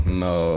no